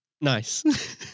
Nice